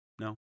no